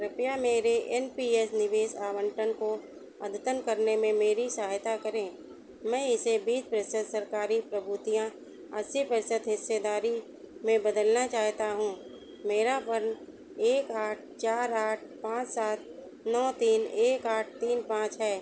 कृपया मेरे N P S निवेश आवंटन को अद्यतन करने में मेरी सहायता करें मैं इसे बीस प्रतिशत सरकारी प्रभूतियाँ अस्सी प्रतिशत हिस्सेदारी में बदलना चाहता हूँ मेरा वन एक आठ चार आठ पाँच सात नौ तीन एक आठ तीन पाँच है